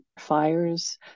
fires